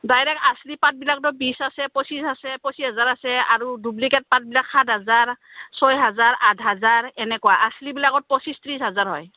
direct আচল পাটবিলাকতো বিছ আছে পঁচিছ আছে পঁচিছ হাজাৰ আছে আৰু ডুব্লিকেট পাতবিলাক সাত হাজাৰ ছয় হাজাৰ আঠ হাজাৰ এনেকুৱা আচলবিলাকত পঁচিছ ত্ৰিছ হাজাৰ হয়